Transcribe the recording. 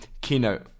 Keynote